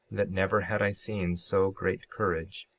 that never had i seen so great courage,